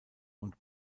und